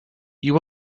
you